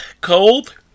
Cold